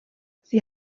sie